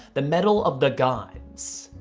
the metal of the gods.